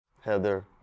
Heather